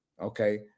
okay